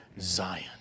Zion